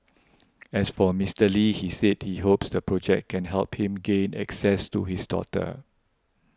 as for Mister Lee he said he hopes the project can help him gain access to his daughter